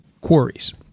quarries